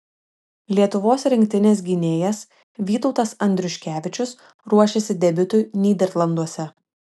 lietuvos rinktinės gynėjas vytautas andriuškevičius ruošiasi debiutui nyderlanduose